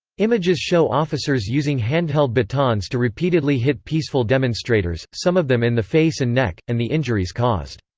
images show officers using hand-held batons to repeatedly hit peaceful demonstrators, some of them in the face and neck, and the injuries caused.